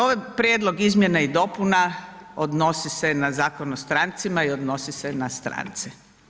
Ovaj prijedlog izmjena i dopuna odnosi se na Zakon o strancima i odnosi se na strance.